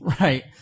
Right